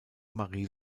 marie